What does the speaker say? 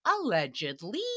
Allegedly